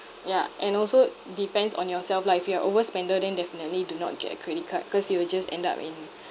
ya and also depends on yourself like if you are over spender then definitely do not get a credit card cause you will just end up in